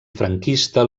franquista